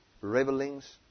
Revelings